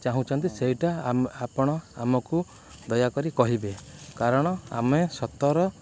ଚାହୁଁଛନ୍ତି ସେଇଟା ଆମ ଆପଣ ଆମକୁ ଦୟାକରି କହିବେ କାରଣ ଆମେ ସତର